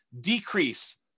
decrease